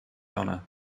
honor